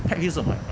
pet peeve 是什么来的